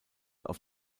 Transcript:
auf